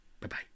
Bye-bye